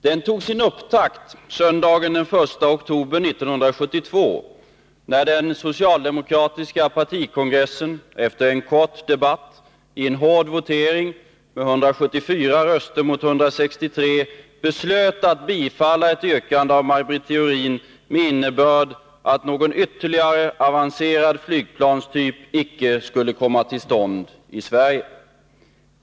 Den fick sin upptakt söndagen den 1 oktober 1972, sedan den socialdemokratiska partikongressen efter en kort debatt i en hård votering med 174 röster mot 163 beslöt att bifalla ett yrkande av Maj Britt Theorin med innebörd att någon ytterligare avancerad flygplanstyp icke skulle komma till stånd i Sverige.